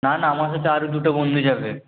না না আমার সাথে আরও দুটো বন্ধু যাবে